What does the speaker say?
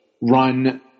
run